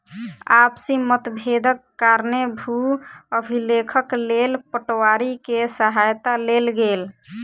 आपसी मतभेदक कारणेँ भू अभिलेखक लेल पटवारी के सहायता लेल गेल